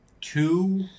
two